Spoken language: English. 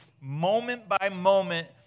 moment-by-moment